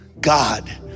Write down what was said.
God